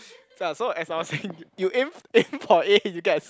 ya so as I was saying you aim aim for A you get a